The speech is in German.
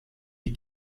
die